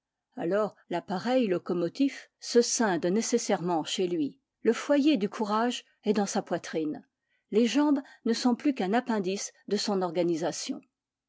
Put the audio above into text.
alors l'appareil locomotif se scinde nécessairement chez lui le foyer du courage est dans sa poitrine les jambes ne sont plus qu'un appendice de son organisation